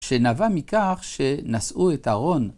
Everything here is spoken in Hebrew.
שנבע מכך שנשאו את ארון.